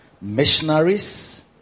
missionaries